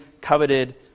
coveted